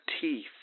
teeth